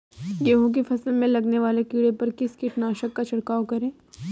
गेहूँ की फसल में लगने वाले कीड़े पर किस कीटनाशक का छिड़काव करें?